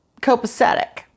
copacetic